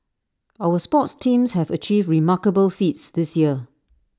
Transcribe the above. our sports teams have achieved remarkable feats this year